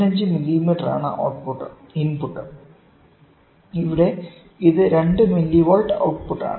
5 മില്ലീമീറ്ററാണ് ഇൻപുട്ട് ഇവിടെ ഇത് 2 മില്ലിവോൾട്ട് ഔട്ട് പുട്ടാണ്